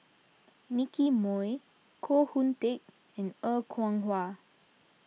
Nicky Moey Koh Hoon Teck and Er Kwong Wah